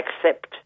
accept